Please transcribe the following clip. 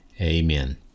Amen